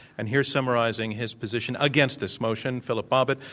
and here, summarizing his position against this motion, philip bobbitt,